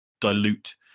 dilute